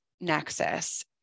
Nexus